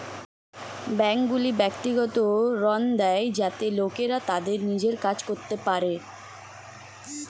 ব্যাঙ্কগুলি ব্যক্তিগত ঋণ দেয় যাতে লোকেরা তাদের নিজের কাজ করতে পারে